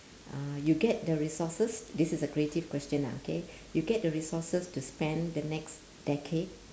uh you get the resources this is a creative question lah okay you get the resources to spend the next decade